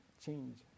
change